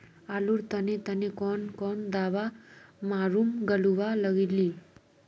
आलूर तने तने कौन दावा मारूम गालुवा लगली?